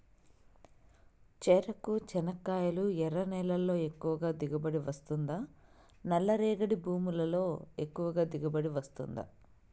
చెరకు, చెనక్కాయలు ఎర్ర నేలల్లో ఎక్కువగా దిగుబడి వస్తుందా నల్ల రేగడి భూముల్లో ఎక్కువగా దిగుబడి వస్తుందా